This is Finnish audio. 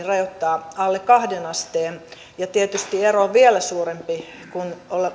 rajoittaa alle kahteen asteen ja tietysti ero on vielä suurempi kun